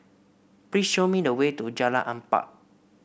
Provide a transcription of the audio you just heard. please show me the way to Jalan Empat